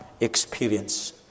experience